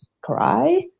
cry